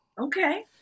Okay